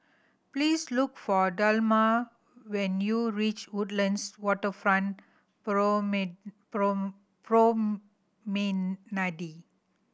please look for Delmar when you reach Woodlands Waterfront Promenade